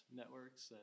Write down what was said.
networks